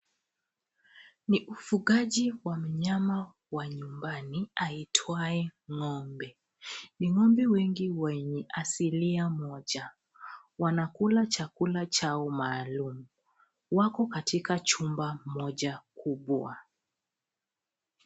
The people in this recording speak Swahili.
Ni ufugaji wa mnyama wa nyumbani aitwaye ng'ombe. Ni ng'ombe wengi wenye asilia moja. Wanakula chakula chao maalum. Wako katika chumba moja kubwa.